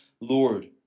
Lord